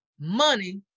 money